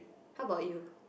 how about you